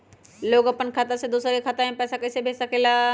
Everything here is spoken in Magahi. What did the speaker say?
लोग अपन खाता से दोसर के खाता में पैसा कइसे भेज सकेला?